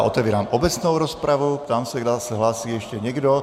Otevírám obecnou rozpravu a ptám se, zda se hlásí ještě někdo.